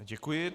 Děkuji.